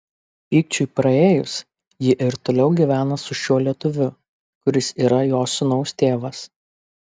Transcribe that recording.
pykčiui praėjus ji ir toliau gyvena su šiuo lietuviu kuris yra jos sūnaus tėvas